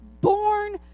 born